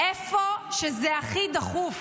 איפה שזה הכי דחוף,